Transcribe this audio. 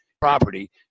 property